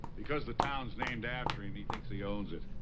because the town's named after him, he thinks he owns it.